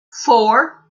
four